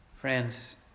friends